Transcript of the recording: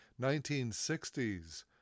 1960s